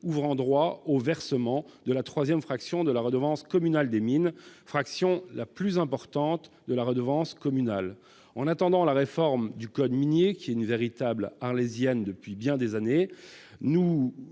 ouvrant droit au versement de la troisième fraction de la redevance communale des mines, fraction la plus importante. En attendant la réforme du code minier, qui est une véritable Arlésienne depuis bien des années, nous